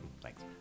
Thanks